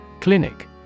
Clinic